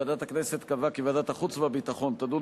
ועדת הכנסת קבעה כי ועדת החוץ והביטחון תדון